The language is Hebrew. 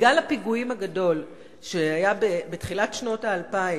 בגל הפיגועים הגדול שהיה בתחילת שנות האלפיים,